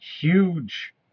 huge